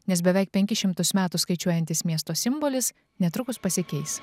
nes beveik penkis šimtus metų skaičiuojantis miesto simbolis netrukus pasikeis